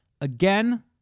again